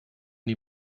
die